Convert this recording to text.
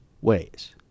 ways